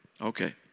Okay